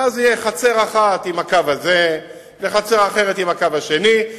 ואז תהיה חצר אחת עם הקו הזה וחצר אחרת עם הקו השני.